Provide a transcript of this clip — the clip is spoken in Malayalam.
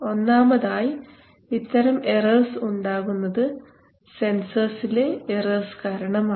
ഒന്നാമതായി ഇത്തരം എറർസ് ഉണ്ടാകുന്നത് സെൻസർസിലെ എറർസ് കാരണമാണ്